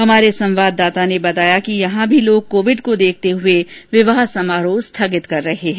हमारे संवाददाता ने बताया कि यहां भी लोग कोविड को देखते हुये विवाह समारोह स्थगित कर रहे है